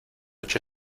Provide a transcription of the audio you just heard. ocho